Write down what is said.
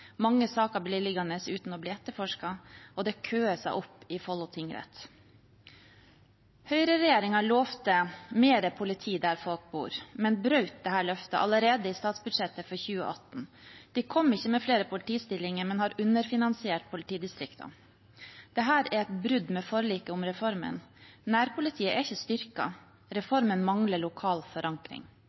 Mange saker blir liggende uten å bli etterforsket, og det køer seg opp i Follo tingrett. Høyreregjeringen lovte mer politi der folk bor, men brøt dette løftet allerede i statsbudsjettet for 2018. De kom ikke med flere politistillinger, men har underfinansiert politidistriktene. Dette er et brudd med forliket om reformen. Nærpolitiet er ikke styrket. Reformen mangler lokal forankring.